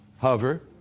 hover